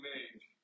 age